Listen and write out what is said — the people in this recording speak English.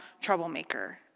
troublemaker